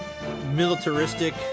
militaristic